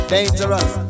Dangerous